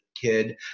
kid